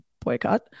boycott